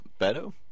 Beto